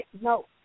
No